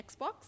Xbox